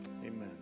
Amen